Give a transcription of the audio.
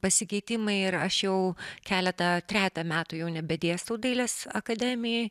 pasikeitimai ir aš jau keletą trejetą metų jau nebedėstau dailės akademijoj